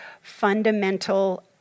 fundamental